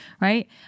right